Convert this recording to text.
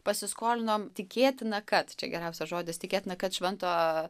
pasiskolinom tikėtina kad čia geriausias žodis tikėtina kad švento